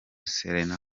serena